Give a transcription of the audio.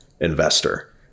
investor